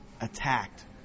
attacked